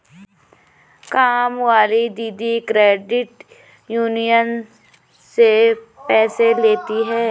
कामवाली दीदी credit union से पैसे लेती हैं